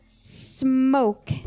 smoke